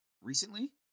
Recently